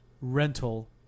rental